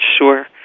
Sure